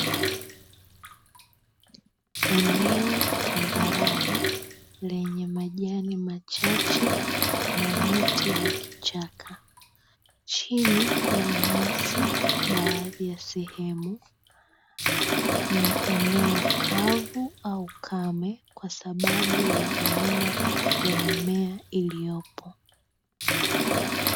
Eneo tambarare lenye majani machache na miti ya kichaka. Chini kuna nyasi, baadhi ya sehemu ni eneo kavu au kame kwa sababu ya aina ya mimea iliyopo.